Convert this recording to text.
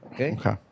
okay